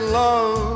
love